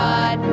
God